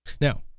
Now